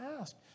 ask